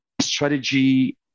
strategy